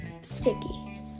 Sticky